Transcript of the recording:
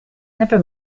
never